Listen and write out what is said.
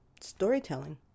storytelling